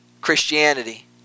Christianity